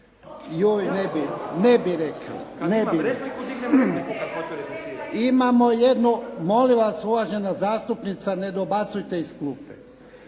Ivan (HDZ)** Imamo jednu, molim vas uvažena zastupnica ne dobacujte iz klupe!